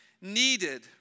needed